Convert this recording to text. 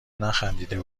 نخندیده